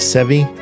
Sevi